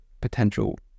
potential